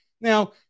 Now